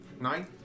nine